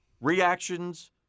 reactions